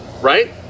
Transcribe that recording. right